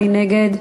מי נגד?